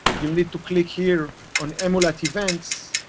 you'll need to click here on emulate events.